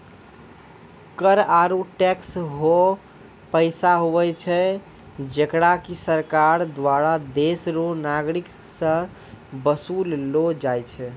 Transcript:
कर आरू टैक्स हौ पैसा हुवै छै जेकरा की सरकार दुआरा देस रो नागरिक सं बसूल लो जाय छै